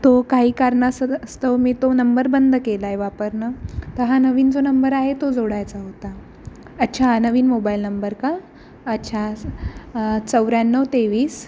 तो काही कारणास्तव मी तो नंबर बंद केला आहे वापरणं तर हा नवीन जो नंबर आहे तो जोडायचा होता अच्छा हा नवीन मोबाईल नंबर का अच्छा चौऱ्याण्णव तेवीस